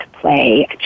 play